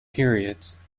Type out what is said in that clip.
periods